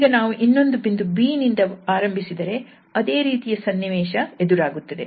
ಈಗ ನಾವು ಇನ್ನೊಂದು ಬಿಂದು 𝑏 ಇಂದ ಆರಂಭಿಸಿದರೆ ಅದೇ ರೀತಿಯ ಸನ್ನಿವೇಶ ಎದುರಾಗುತ್ತದೆ